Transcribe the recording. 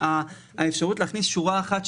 האפשרות להכניס שורה אחת,